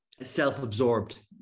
self-absorbed